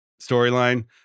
storyline